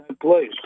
place